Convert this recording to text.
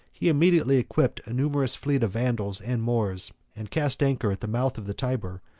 he immediately equipped a numerous fleet of vandals and moors, and cast anchor at the mouth of the tyber,